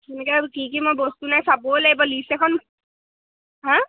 তেনেকে কি কি মই বস্তু নাই চাবও লাগিব লিষ্ট এখন হা